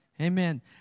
Amen